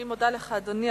אני מודה לך, אדוני.